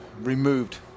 removed